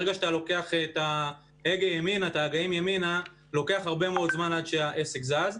ברגע שאתה לוקח את ההגה ימינה לוקח הרבה מאוד זמן עד שהעסק זז.